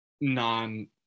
non